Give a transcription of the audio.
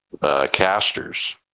casters